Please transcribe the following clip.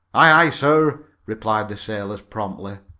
aye, aye, sir, replied the sailors promptly.